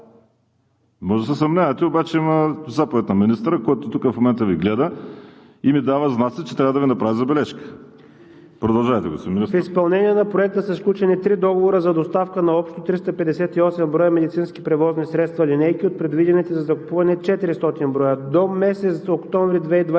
Може да се съмнявате, обаче има заповед на министъра, който в момента Ви гледа и ми дава знак, че трябва да Ви направя забележка. Продължете, господин Министър. МИНИСТЪР КОСТАДИН АНГЕЛОВ: В изпълнение на Проекта са сключени три договора за доставка на общо 358 броя медицински превозни средства – линейки, от предвидените за закупуване 400 броя. До месец октомври 2020